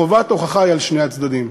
חובת ההוכחה היא על שני הצדדים.